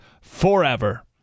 forever